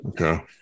Okay